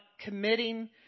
committing